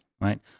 right